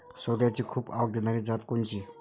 सोल्याची खूप आवक देनारी जात कोनची?